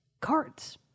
cards